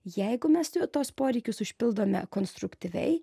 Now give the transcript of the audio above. jeigu mes tuos poreikius užpildome konstruktyviai